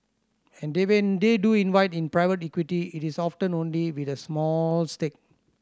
and they when they do invite in private equity it is often only with a small stake